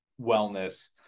wellness